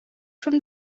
from